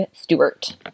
Stewart